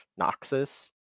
Noxus